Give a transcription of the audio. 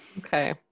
Okay